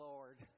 Lord